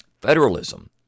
federalism